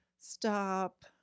stop